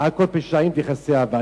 ועל כל פשעים תכסה אהבה.